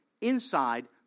inside